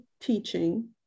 teaching